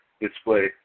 display